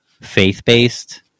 faith-based